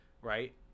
Right